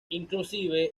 inclusive